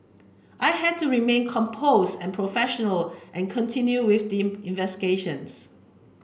I had to remain compose and professional and continue with the investigations